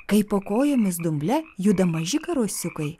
kaip po kojomis dumble juda maži karosiukai